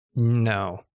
no